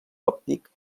òptic